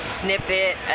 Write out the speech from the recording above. snippet